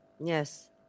Yes